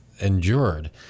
endured